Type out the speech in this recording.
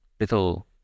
little